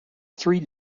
three